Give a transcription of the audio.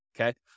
Okay